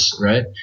Right